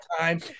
time